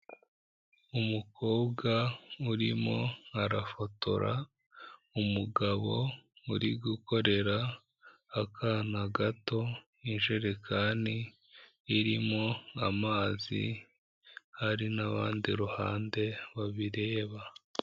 Umukobwa urimo arafotora umugabo uri gukorera akana gato ijerekani irimo amazi, hari n'abandi iruhande babireba.